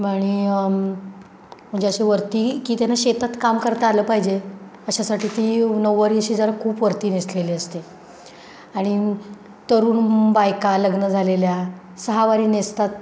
आणि म्हणजे असे वरती की त्यांना शेतात काम करता आलं पाहिजे अशासाठी ती नऊवारी अशी जरा खूप वरती नेसलेली असते आणि तरुण बायका लग्न झालेल्या सहावारी नेसतात